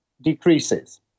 decreases